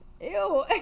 Ew